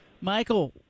Michael